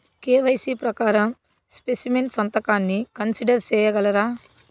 KYC ప్రకారం specimen సంతకాన్ని consider సేయగలరా?